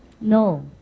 no